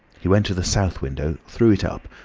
he went to the south window, threw it up,